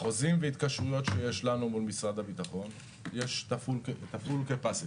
בחוזים והתקשרויות שיש לנו מול משרד הביטחון יש את ה-Full Capacity,